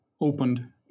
opened